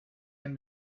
can